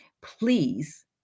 please